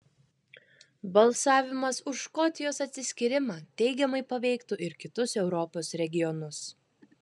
balsavimas už škotijos atsiskyrimą teigiamai paveiktų ir kitus europos regionus